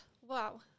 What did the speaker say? Wow